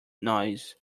noise